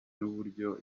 n’uburyo